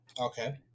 Okay